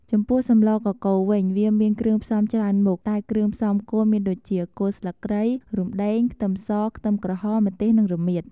ចំពោះសម្លកកូរវិញ វាមានគ្រឿងផ្សំច្រើនមុខ តែគ្រឿងផ្សំគោលមានដូចជា គល់ស្លឹកគ្រៃ រំដេង ខ្ទឹមស ខ្ទឹមក្រហម ម្ទេស និងរមៀត។